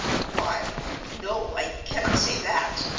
why, no, i cannot say that,